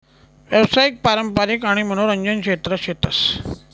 यावसायिक, पारंपारिक आणि मनोरंजन क्षेत्र शेतस